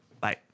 Bye